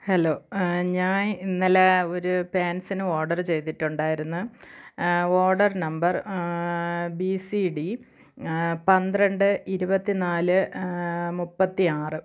hello ഞാൻ ഇന്നലെ ഒരു പാൻസിന് ഓഡറ് ചെയ്തിട്ടുണ്ടായിരുന്നു order number B C D പന്ത്രണ്ട് ഇരുപത്തി നാല് മുപ്പത്തി ആറ്